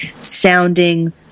sounding